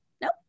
nope